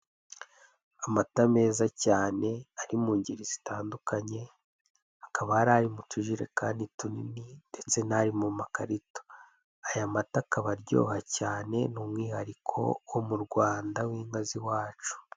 Amata meza cyane ari mu ngeri zitandukanye, hakaba hari ari mu tujerekani tunini ndetse n'ari mu makarito, aya mata akaba aryoha cyane ni umwihariko wo mu Rwanda w'inka z'iwacu.